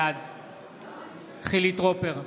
בעד חילי טרופר,